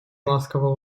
ласково